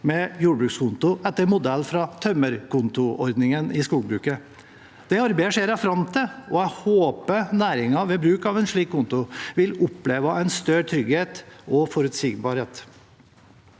med jordbrukskonto etter modell fra tømmerkontoordningen i skogbruket. Det arbeidet ser jeg fram til, og jeg håper næringen ved bruk av en slik konto vil oppleve en større trygghet og forutsigbarhet.